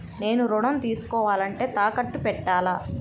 నేను ఋణం తీసుకోవాలంటే తాకట్టు పెట్టాలా?